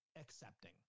accepting